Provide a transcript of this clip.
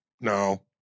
no